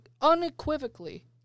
unequivocally